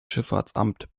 schifffahrtsamt